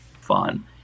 fun